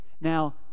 Now